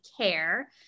CARE